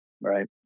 right